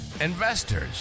investors